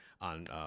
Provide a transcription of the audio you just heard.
on